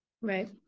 Right